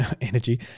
energy